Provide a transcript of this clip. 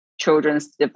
children's